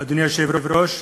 אדוני היושב-ראש,